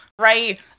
right